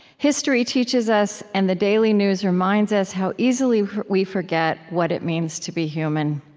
history teaches us and the daily news reminds us how easily we forget what it means to be human.